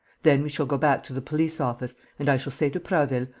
then we shall go back to the police-office and i shall say to prasville,